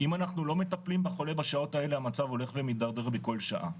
אם אנחנו לא מטפלים בחולה בשעות האלה המצב הולך ומתדרדר בכל שעה,